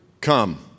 come